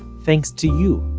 thanks to you.